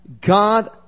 God